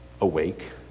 awake